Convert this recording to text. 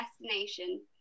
destination